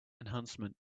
enhancement